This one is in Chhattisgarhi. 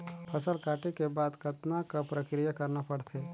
फसल काटे के बाद कतना क प्रक्रिया करना पड़थे?